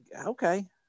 okay